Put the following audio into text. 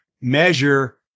measure